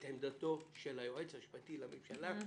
את עמדתו של היועץ המשפטי לממשלה.